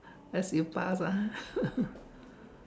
as you pass ah